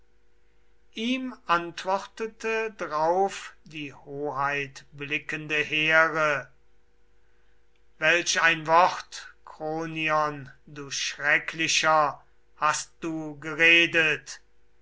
ihm antwortete drauf die hoheitblickende here welch ein wort kronion du schrecklicher hast du geredet